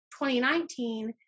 2019